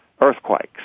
earthquakes